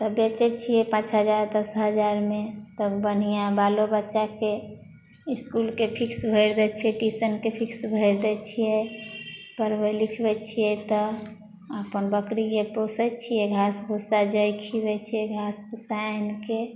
तऽ बेचै छियै पाँच हजार दस हजारमे तऽ बनहिया बालो बच्चाके इस्कूल शके फीस भरि दै छियै ट्यूशनके फीस भरि दै छियै पढ़बै लिखबै छियै तऽ अपन बकरीके पोसै छियै घास भूस्सा जइ खीअबै छियै घास भूस्सा आनिके